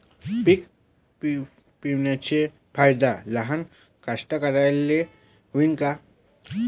पीक विम्याचा फायदा लहान कास्तकाराइले होईन का?